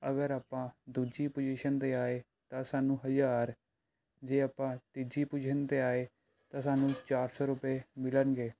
ਅਗਰ ਆਪਾਂ ਦੂਜੀ ਪੁਜੀਸ਼ਨ 'ਤੇ ਆਏ ਤਾਂ ਸਾਨੂੰ ਹਜ਼ਾਰ ਜੇ ਆਪਾਂ ਤੀਜੀ ਪੁਜੀਸ਼ਨ 'ਤੇ ਆਏ ਤਾਂ ਸਾਨੂੰ ਚਾਰ ਸੌ ਰੁਪਏ ਮਿਲਣਗੇ